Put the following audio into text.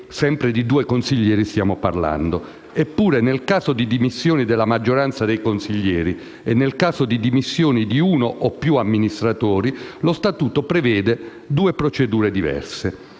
sempre di due consiglieri stiamo parlando. Eppure, nel caso di dimissioni della "maggioranza dei consiglieri" e nel caso di dimissioni di "uno o più amministratori" lo statuto prevede due procedure diverse.